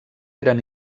eren